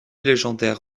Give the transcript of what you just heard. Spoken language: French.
légendaire